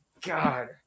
god